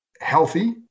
healthy